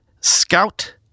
Scout